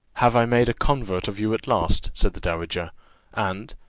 have i made a convert of you at last? said the dowager and,